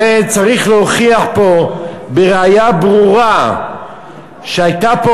הרי צריך להוכיח פה בראיה ברורה שהייתה פה